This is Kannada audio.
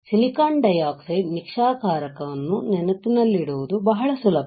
ಸಿಲಿಕಾನ್ ಡೈಆಕ್ಸೈಡ್ ನಿಕ್ಷಾರಕವನ್ನು ನೆನಪಿನಲ್ಲಿಡುವುದು ಬಹಳ ಸುಲಭ